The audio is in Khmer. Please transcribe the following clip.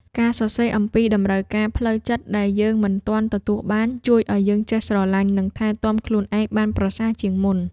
ការសរសេរអំពីតម្រូវការផ្លូវចិត្តដែលយើងមិនទាន់ទទួលបាន ជួយឱ្យយើងចេះស្រឡាញ់ និងថែទាំខ្លួនឯងបានប្រសើរជាងមុន។